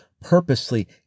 purposely